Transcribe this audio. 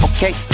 Okay